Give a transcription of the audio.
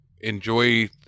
enjoy